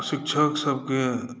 शिक्षक सभके